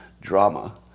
drama